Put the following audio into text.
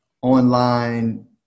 online